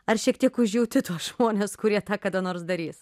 ar šiek tiek užjaučiu tuos žmones kurie tą kada nors darys